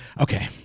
Okay